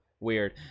Weird